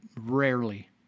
Rarely